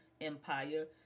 Empire